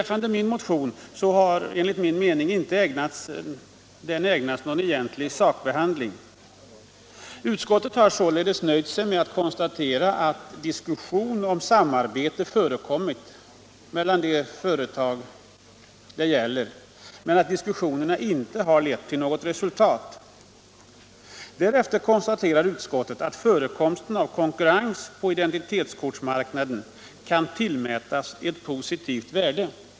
Min motion har enligt min mening inte ägnats någon egentlig sakbehandling. Utskottet har således nöjt sig med att konstatera att diskussion om samarbete förekommit mellan de företag det gäller men att diskussionerna inte har lett till något resultat. Därefter konstaterar utskottet att förekomsten av konkurrens på identitetskortsmarknaden kan tillmätas ett positivt värde.